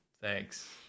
thanks